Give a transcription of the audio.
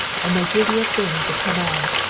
and they give you a thing to pin on.